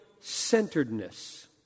centeredness